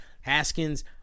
Haskins